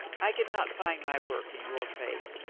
i can not find my work in your faith.